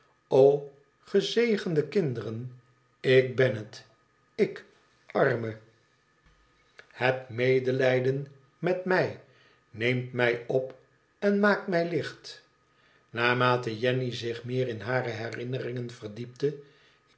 o gezegende kinderen ik ben het ik arme heb medelijden met mij neemt mij op en maakt mij licht naarmate jenny zich meer in hare herinneringen verdiepte